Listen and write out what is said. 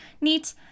neat